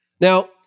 Now